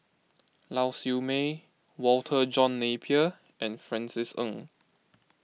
Lau Siew Mei Walter John Napier and Francis Ng